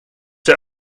der